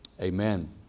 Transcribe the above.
Amen